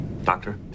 Doctor